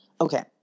Okay